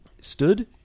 stood